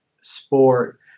sport